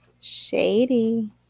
Shady